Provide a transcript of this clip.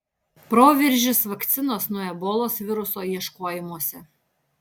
proveržis vakcinos nuo ebolos viruso ieškojimuose